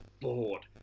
bored